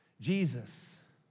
Jesus